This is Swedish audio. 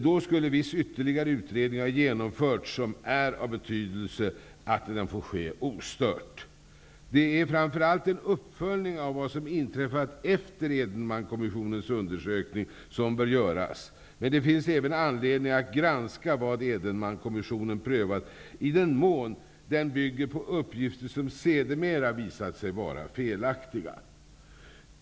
Då skulle viss ytterligare utredning ha genomförts, och det är av betydelse att denna utredning får ske ostört. Det är framför allt en uppföljning av vad som inträffat efter Edelmankommissionens undersökning som bör göras, men det finns även anledning att granska vad Edelmankommissionen prövat, i den mån den bygger på uppgifter som sedermera visat sig vara felaktiga.